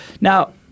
now